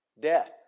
Death